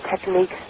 techniques